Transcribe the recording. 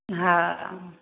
हँ